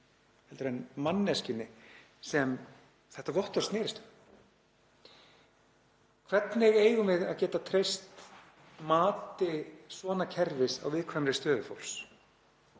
en manneskjunni sem þetta vottorð snerist um. Hvernig eigum við að geta treyst mati svona kerfis á viðkvæmri stöðu fólks?